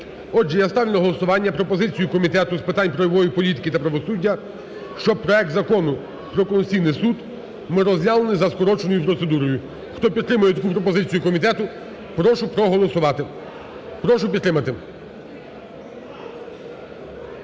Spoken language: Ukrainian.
Отже, я ставлю на голосування пропозицію Комітету з питань правової політики та правосуддя, щоб проект Закону про Конституційний Суд ми розглянули за скороченою процедурою. Хто підтримує таку пропозицію комітету, прошу проголосувати. Прошу підтримати.